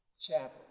chapel